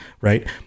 right